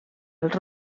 els